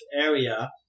area